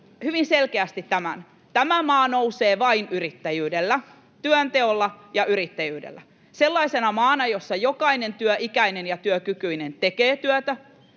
hyvin selkeästi tämän: Tämä maa nousee vain yrittäjyydellä, työnteolla ja yrittäjyydellä, sellaisena maana, jossa jokainen työikäinen ja työkykyinen tekee työtä,